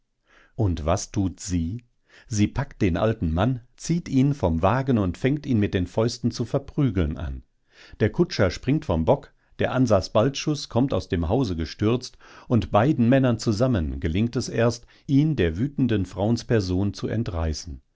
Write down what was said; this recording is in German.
und was tut sie sie packt den alten mann zieht ihn vom wagen und fängt ihn mit den fäusten zu verprügeln an der kutscher springt vom bock der ansas balczus kommt aus dem hause gestürzt und beiden männern zusammen gelingt es erst ihn der wütenden frauensperson zu entreißen